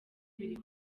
biri